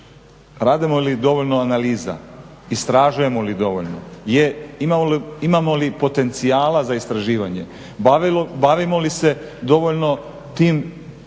radimo li dovoljno analiza, istražujemo li dovoljno, imamo li potencijala za istraživanje, bavimo li se dovoljno tim